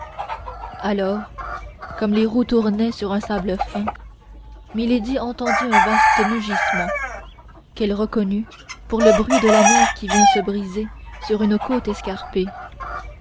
alors comme les roues tournaient sur un sable fin milady entendit un vaste mugissement qu'elle reconnut pour le bruit de la mer qui vient se briser sur une côte escarpée